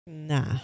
Nah